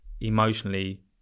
emotionally